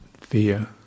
fear